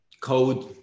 code